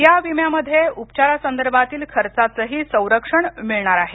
या विम्यामध्ये उपचारांसंदर्भातील खर्चाचेही संरक्षण मिळणार आहे